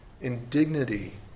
indignity